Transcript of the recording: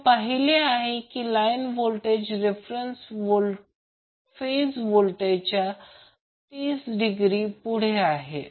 आपण पाहिले की लाईन व्होल्टेज रेफरन्स फेज व्होल्टेजच्या 30 डिग्री पुढे आहे